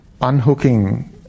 Unhooking